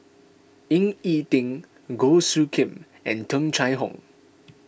Ying E Ding Goh Soo Khim and Tung Chye Hong